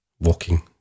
walking